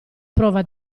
prova